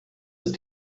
ist